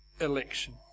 Election